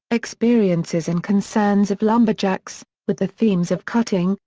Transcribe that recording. experiences and concerns of lumberjacks, with the themes of cutting,